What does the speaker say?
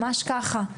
ממש ככה.